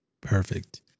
Perfect